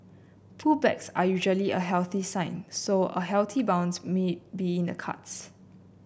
pullbacks are usually a healthy sign so a healthy bounce me be in the cards